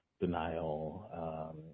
denial